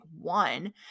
one